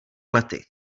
lety